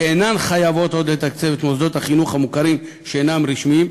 אינן חייבות עוד לתקצב את מוסדות החינוך המוכרים שאינם רשמיים,